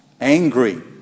angry